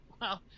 wow